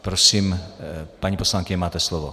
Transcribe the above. Prosím, paní poslankyně, máte slovo.